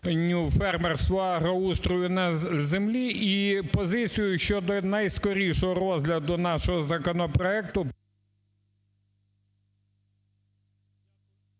фермерства, агроустрою на землі. І позицію щодо найскорішого розгляду нашого законопроекту…